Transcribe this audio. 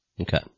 Okay